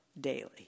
daily